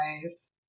ways